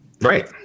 Right